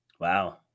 Wow